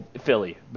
Philly